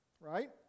right